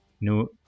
New